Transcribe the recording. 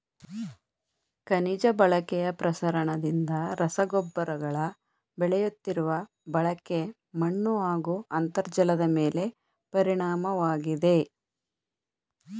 ಖನಿಜ ಬಳಕೆಯ ಪ್ರಸರಣದಿಂದ ರಸಗೊಬ್ಬರಗಳ ಬೆಳೆಯುತ್ತಿರುವ ಬಳಕೆ ಮಣ್ಣುಹಾಗೂ ಅಂತರ್ಜಲದಮೇಲೆ ಪರಿಣಾಮವಾಗಿದೆ